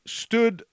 stood